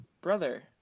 brother